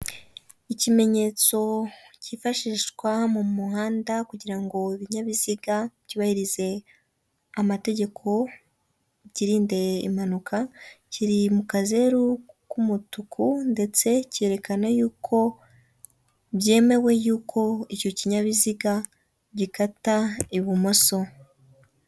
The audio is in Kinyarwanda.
Ikimenyetso cyifashishwa mu muhanda kugirango ibinyabiziga byubahirize amategeko byirinde impanuka, kiri mu kazeru k'umutuku ndetse cyerekana yuko byemewe yuko icyo kinyabiziga gikata ibumoso.